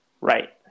Right